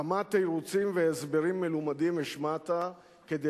כמה תירוצים והסברים מלומדים השמעת כדי